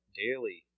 daily